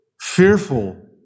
fearful